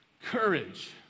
Courage